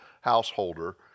householder